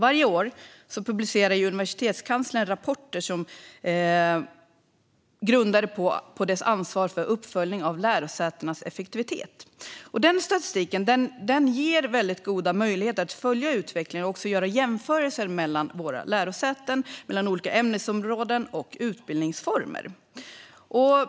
Varje år publicerar Universitetskanslersämbetet rapporter grundade på myndighetens ansvar för uppföljning av lärosätenas effektivitet. Den statistiken ger väldigt goda möjligheter att följa utvecklingen och också göra jämförelser mellan lärosäten, ämnesområden och utbildningsformer.